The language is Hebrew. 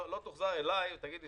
תוחזר אליי ותגידו לי,